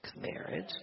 marriage